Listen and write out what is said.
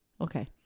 Okay